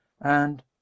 And—